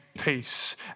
peace